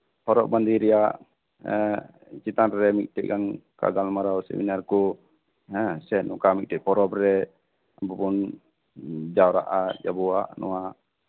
ᱦᱚᱨᱚᱜ ᱵᱟᱸᱫᱮ ᱨᱮᱭᱟᱜ ᱮᱸᱜ ᱪᱮᱛᱟᱱ ᱨᱮ ᱢᱤᱫᱴᱮᱡ ᱜᱟᱱ ᱜᱟᱯᱟᱞ ᱢᱟᱨᱟᱣ ᱥᱮᱢᱤᱱᱟᱨ ᱠᱚ ᱦᱮᱸ ᱥᱮ ᱱᱚᱝᱠᱟ ᱢᱤᱫᱴᱮᱡ ᱯᱚᱨᱚᱵ ᱨᱮ ᱫᱮᱵᱚᱱ ᱡᱟᱣᱨᱟᱜᱼᱟ ᱟᱵᱚᱣᱟᱜᱼᱟ ᱟᱵᱚᱣᱟᱜ ᱱᱚᱣᱟ